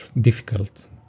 difficult